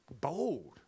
bold